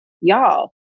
y'all